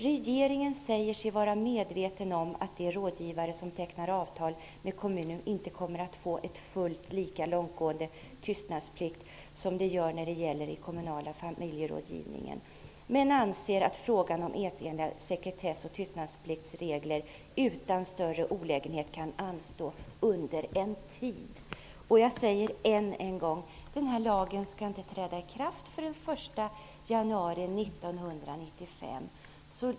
Regeringen säger sig vara medveten om att de rådgivare som tecknar avtal med kommunen inte kommer att få en fullt lika långtgående tystnadsplikt som den som gäller inom den kommunala familjerådgivningen, men anser att frågan om enhetliga sekretess och tystnadspliktsregler utan större olägenheter kan anstå under en tid.'' Jag säger än en gång att den här lagen inte skall träda i kraft förrän den 1 januari 1995.